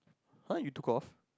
!huh! you took off